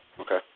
okay